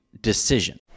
decision